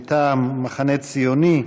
מטעם המחנה הציוני,